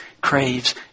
craves